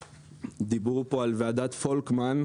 דיברו פה על ועדת פולקמן.